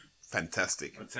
Fantastic